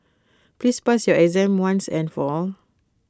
please pass your exam once and for all